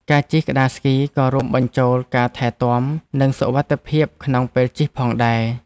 ការជិះក្ដារស្គីក៏រួមបញ្ចូលការថែទាំ និងសុវត្ថិភាពក្នុងពេលជិះផងដែរ។